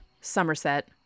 Somerset